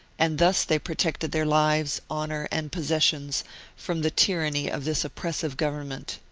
and thus they protected their lives, honour, and possessions from the tyranny of this oppressive government.